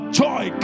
joy